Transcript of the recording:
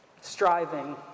striving